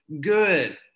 good